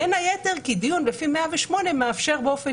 בין היתר כי דיון לפי 108 מאפשר באופן